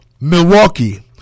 Milwaukee